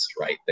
right